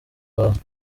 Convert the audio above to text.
abantu